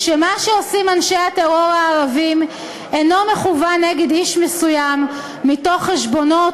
מה שעושים אנשי הטרור הערבים אינו מכוון נגד איש מסוים מתוך חשבונות,